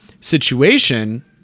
situation